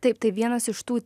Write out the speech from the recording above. taip tai vienas iš tų